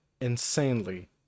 insanely